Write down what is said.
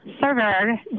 server